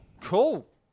Cool